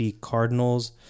Cardinals